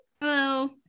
Hello